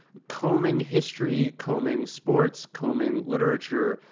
combing history, combing sports, combing literature,